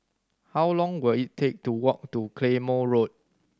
how long will it take to walk to Claymore Road